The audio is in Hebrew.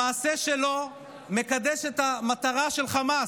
המעשה שלו מקדש את המטרה של חמאס.